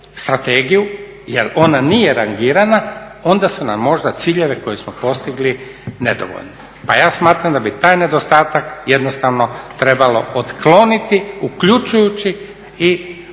strategiju jer ona nije rangirana, onda su nam možda ciljeve koje smo postigli nedovoljni. Pa ja smatram da bi taj nedostatak jednostavno trebalo otkloniti uključujući i ove